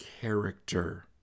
character